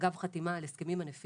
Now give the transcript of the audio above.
אגב חתימה על הסכמים ענפיים,